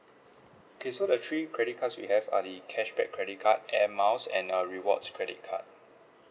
okay so the three credit cards we have are the cashback credit card air miles and our rewards credit card